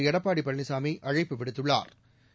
எடப்பாடி பழனிசாமி அழைப்பு விடுத்துள்ளாா்